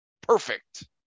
Perfect